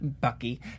Bucky